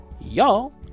Y'all